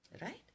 right